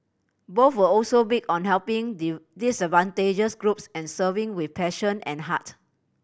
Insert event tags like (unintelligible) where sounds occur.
both were also big on helping (unintelligible) disadvantaged groups and serving with passion and heart